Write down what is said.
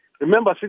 remember